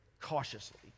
cautiously